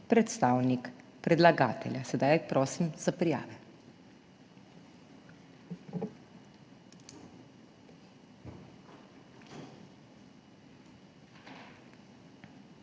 predstavnik predlagatelja. Sedaj prosim za prijave.